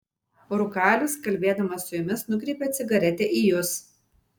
rūkalius kalbėdamas su jumis nukreipia cigaretę į jus